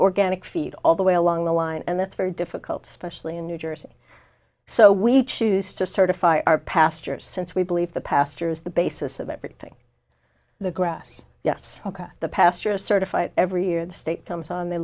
organic feed all the way along the line and that's very difficult especially in new jersey so we choose to certify our pasture since we believe the pasture is the basis of everything the grass yes the pasture a certified every year the state comes on